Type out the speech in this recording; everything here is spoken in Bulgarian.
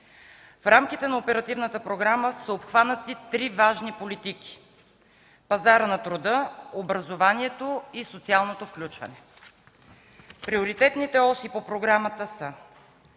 В рамките на оперативната програма са обхванати три важни политики: пазарът на труда, образованието и социалното включване. Приоритетните оси по програмата са: